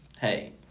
hey